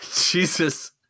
Jesus